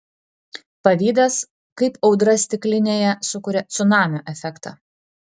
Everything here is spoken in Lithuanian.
pavydas kaip audra stiklinėje sukuria cunamio efektą